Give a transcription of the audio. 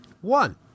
One